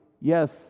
Yes